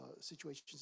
situations